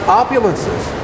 opulences